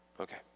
Okay